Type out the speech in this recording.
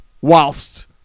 whilst